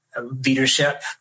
Leadership